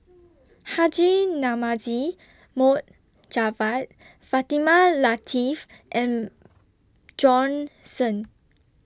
Haji Namazie Mohd Javad Fatimah Lateef and Jon Shen